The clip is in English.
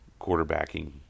quarterbacking